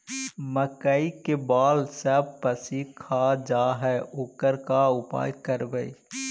मकइ के बाल सब पशी खा जा है ओकर का उपाय करबै?